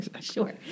Sure